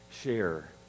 share